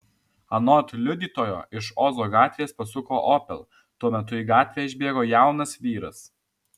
anot liudytojo iš ozo gatvės pasuko opel tuo metu į gatvę išbėgo jaunas vyras